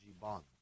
bond